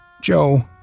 Joe